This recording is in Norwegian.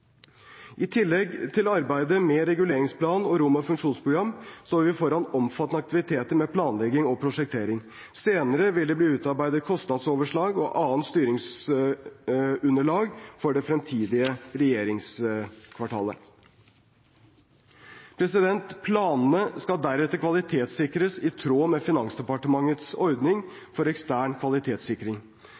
I tillegg til arbeidet med reguleringsplan og rom- og funksjonsprogram står vi foran omfattende aktiviteter med planlegging og prosjektering. Senere vil det bli utarbeidet kostnadsoverslag og annet styringsunderlag for det fremtidige regjeringskvartalet. Planene skal deretter kvalitetssikres i tråd med Finansdepartementets ordning for ekstern kvalitetssikring